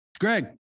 Greg